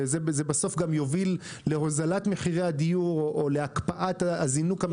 בסוף זה גם יוביל להוזלת מחירי הדיור או להקפאת הזינוק המטורף שישנו.